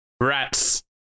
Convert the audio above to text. Rats